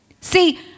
see